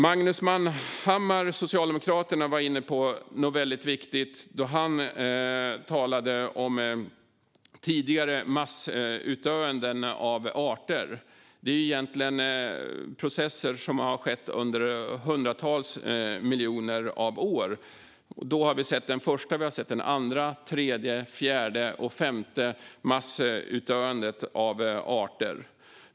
Magnus Manhammar, Socialdemokraterna, var inne på något väldigt viktigt när han talade om tidigare massutdöende av arter. Det är egentligen processer som har skett under hundratals miljoner år. Vi har sett det första, andra, tredje, fjärde och femte massutdöendet av arter.